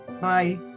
bye